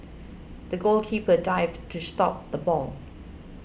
the goalkeeper dived to stop the ball